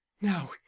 Now